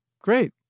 Great